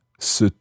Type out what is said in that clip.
ce